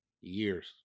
years